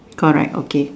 correct okay